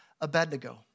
Abednego